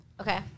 Okay